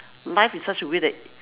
life is such a way that